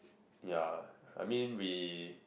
ya I mean we